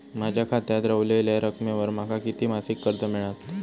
माझ्या खात्यात रव्हलेल्या रकमेवर माका किती मासिक कर्ज मिळात?